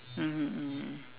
mmhmm mmhmm